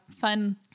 fun